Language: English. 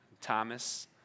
Thomas